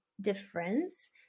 difference